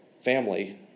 family